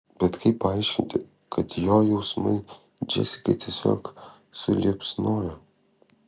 bet kaip paaiškinti kad jo jausmai džesikai tiesiog suliepsnojo